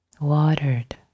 watered